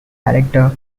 directors